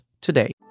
today